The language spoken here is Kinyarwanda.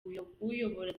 uyobora